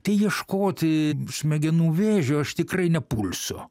tai ieškoti smegenų vėžio aš tikrai nepulsiu